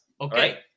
Okay